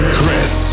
Chris